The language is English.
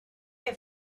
have